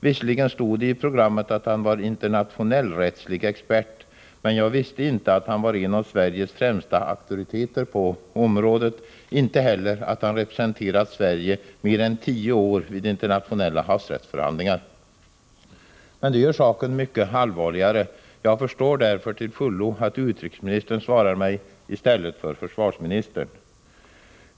Visserligen angavs det i programmet att han var internationellrättslig expert, men jag visste inte att han var en av Sveriges främsta auktoriteter på området, inte heller att han representerat Sverige under mer än tio år vid internationella havsrättsförhandlingar. Men det gör saken mycket allvarligare. Jag förstår därför till fullo att utrikesministern i stället för försvarsministern svarar mig.